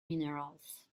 minerals